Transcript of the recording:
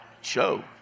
Show